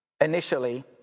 initially